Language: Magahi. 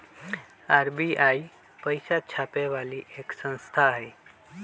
आर.बी.आई पैसा छापे वाली एक संस्था हई